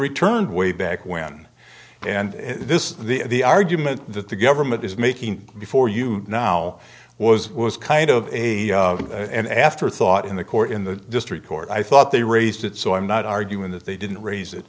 returned way back when and this is the argument that the government is making before you now was was kind of a an afterthought in the court in the district court i thought they raised it so i'm not arguing that they didn't raise it